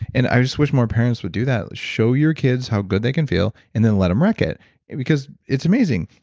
and i just wish more parents would do that. show your kids how good they can feel, and then let them wreck it it because it's amazing.